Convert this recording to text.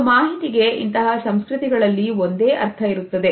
ಒಂದು ಮಾಹಿತಿಗೆ ಇಂತಹ ಸಂಸ್ಕೃತಿಗಳಲ್ಲಿ ಒಂದೇ ಅರ್ಥ ಇರುತ್ತದೆ